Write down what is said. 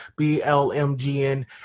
BLMGN